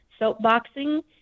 soapboxing